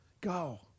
go